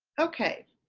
okay.